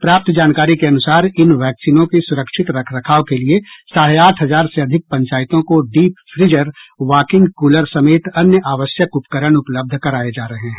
प्राप्त जानकारी के अनुसार इन वैक्सीनों की सुरक्षित रख रखाव के लिये साढ़े आठ हजार से अधिक पंचायतों को डीप फ्रिजर वॉकिंग कुलर समेत अन्य आवश्यक उपकरण उपलब्ध कराये जा रहे हैं